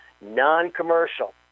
non-commercial